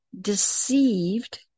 deceived